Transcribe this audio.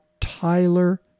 Tyler